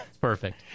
perfect